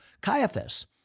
Caiaphas